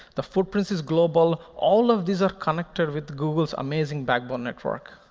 the footprint is global. all of these are connected with google's amazing backbone network.